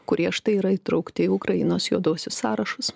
kurie štai yra įtraukti į ukrainos juoduosius sąrašus